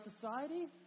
society